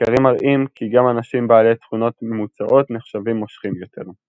מחקרים מראים גם כי אנשים בעלי תכונות ממוצעות נחשבים מושכים יותר.